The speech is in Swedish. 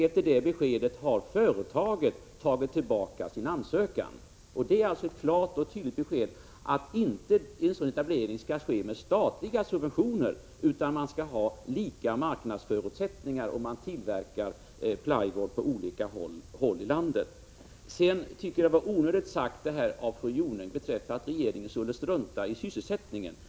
Efter det beskedet har företaget tagit tillbaka sin ansökan. Det är ett klart och tydligt besked. En sådan etablering skall inte ske med statliga subventioner, utan det skall vara lika marknadsförutsättningar för att tillverka plywood på olika håll i landet. Jag tycker det var onödigt av fru Jonäng att säga att regeringen skulle strunta i sysselsättningen.